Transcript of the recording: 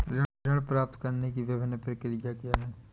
ऋण प्राप्त करने की विभिन्न प्रक्रिया क्या हैं?